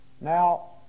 now